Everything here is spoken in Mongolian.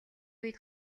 үед